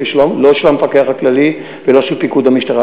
לא של המפקח הכללי ולא של פיקוד המשטרה.